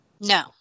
No